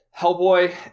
Hellboy